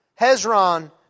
Hezron